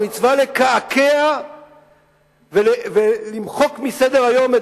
זו מצווה לקעקע ולמחוק מסדר-היום את